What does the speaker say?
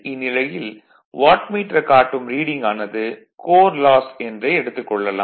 இந்நிலையில் வாட்மீட்டர் காட்டும் ரீடிங் ஆனது கோர் லாஸ் என்றே எடுத்துக் கொள்ளலாம்